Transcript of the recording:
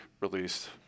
released